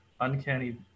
uncanny